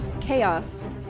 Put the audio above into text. chaos